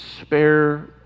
spare